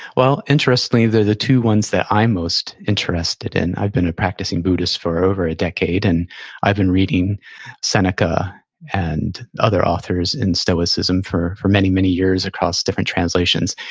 well, interesting, they're the two ones that i'm most interested in. i've been a practicing buddhist for over a decade, and i've been reading seneca and other authors in stoicism for for many, many years across different translations.